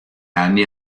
anni